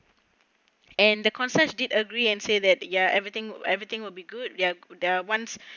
and the concierge did agree and say that ya everything everything will be good they're they're once